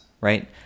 right